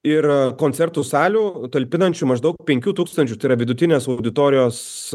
ir koncertų salių talpinančių maždaug penkių tūkstančių tai yra vidutinės auditorijos